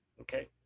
Okay